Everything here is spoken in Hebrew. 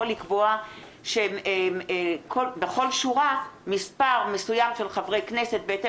לקבוע שבכל שורה יהיה מספר מסוים של חברי כנסת בהתאם